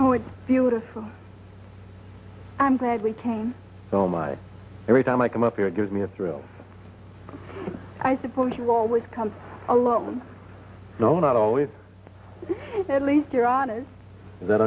oh it's beautiful i'm glad we came so my every time i come up here it gives me a thrill i suppose you always come alone no not always at least you're honest is that